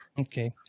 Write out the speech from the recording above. Okay